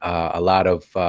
ah a lot of